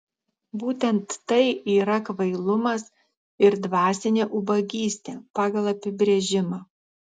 būtent tai yra kvailumas ir dvasinė ubagystė pagal apibrėžimą